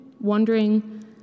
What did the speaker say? wondering